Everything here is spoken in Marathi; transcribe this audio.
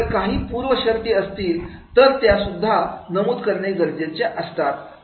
जर काही पूर्व शर्ती असतील तर त्या सुद्धा नमूद करणे गरजेच्या असतात